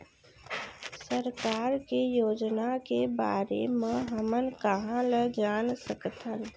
सरकार के योजना के बारे म हमन कहाँ ल जान सकथन?